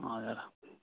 हजुर